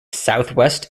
southwest